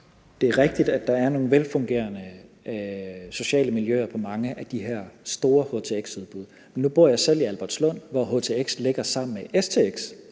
Det er rigtigt, at der er nogle velfungerende sociale miljøer på mange af de her store htx-udbud, men nu bor jeg selv i Albertslund, hvor htx ligger sammen med stx